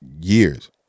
years